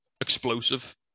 explosive